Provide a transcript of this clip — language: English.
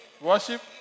Worship